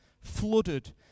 flooded